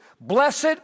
blessed